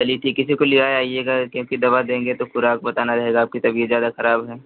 चलिए ठीक किसी को लिवा आइएगा क्योंकि दवा देंगे तो खुराक बताना रहेगा आपकी तबियत ज़्यादा खराब है